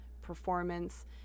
performance